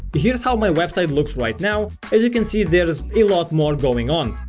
here's how my website looks right now, as you can see there's a lot more going on.